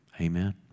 Amen